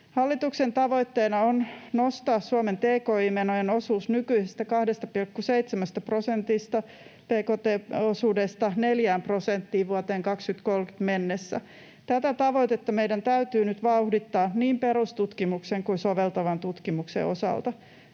Hallituksen tavoitteena on nostaa Suomen tki-menojen osuus nykyisestä 2,7 prosentin bkt-osuudesta 4 prosenttiin vuoteen 2030 mennessä. Tätä tavoitetta meidän täytyy nyt vauhdittaa niin perustutkimuksen kuin soveltavan tutkimuksen osalta.